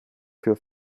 für